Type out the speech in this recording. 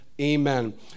Amen